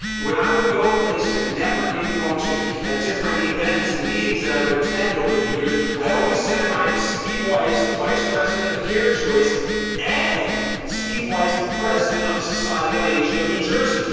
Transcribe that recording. when i would go places and networking functions at different events and meetings that i would attend over the years, i always said, i am steve weiss, the vice president of carechoice and steve weiss, the president of the society on aging of new jersey.